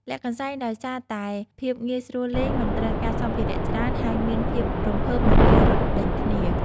លាក់កន្សែង ដោយសារតែភាពងាយស្រួលលេង មិនត្រូវការសម្ភារៈច្រើន ហើយមានភាពរំភើបនៅពេលរត់ដេញគ្នា ។